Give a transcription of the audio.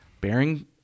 bearing